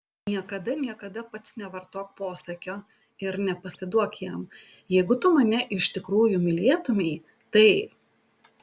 niekada niekada pats nevartok posakio ir nepasiduok jam jeigu tu mane iš tikrųjų mylėtumei tai